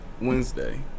Wednesday